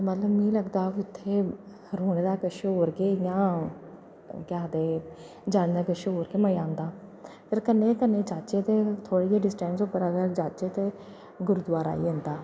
मतलब मिगी लगदा कि उत्थें रौंह्ने दा किश होर गै इ'यां केह् आखदे जाना दा किश होर गै मज़ा आंदा कन्नै गै कन्नै जाचै ते थोह्ड़े जेह् डिस्टेंस पर अगर जाचै ते गुरूदोआरा आई जंदा